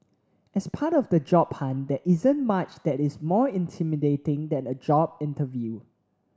as part of the job hunt there isn't much that is more intimidating than a job interview